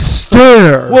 stare